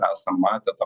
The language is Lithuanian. esam matę tą